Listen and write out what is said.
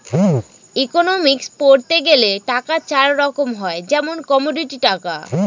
economics পড়তে গেলে টাকা চার রকম হয় যেমন কমোডিটি টাকা